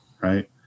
right